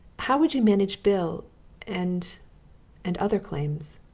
how would you manage bill and and other claims?